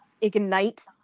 ignite